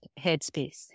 headspace